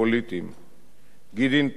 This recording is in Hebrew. גדעון תמיד הקרין משהו